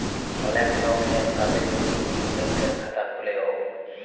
ওলেক লক এক সাথে যদি ইক ব্যাংকের খাতা খুলে ও